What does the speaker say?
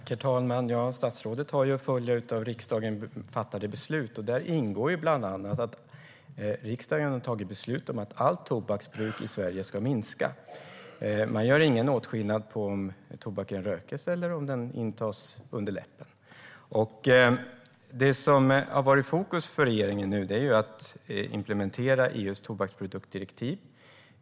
Herr talman! Statsrådet har att följa av riksdagen fattade beslut, och riksdagen har bland annat tagit beslut om att allt tobaksbruk i Sverige ska minska. Man gör ingen åtskillnad på om tobaken röks eller om den intas under läppen. Det som har fokus för regeringen nu är att implementera EU:s tobaksproduktsdirektiv.